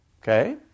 Okay